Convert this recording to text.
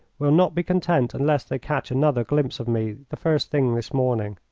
will not be content unless they catch another glimpse of me the first thing this morning.